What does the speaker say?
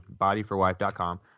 bodyforwife.com